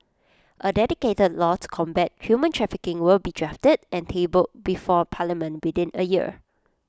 A dedicated law to combat human trafficking will be drafted and tabled before parliament within A year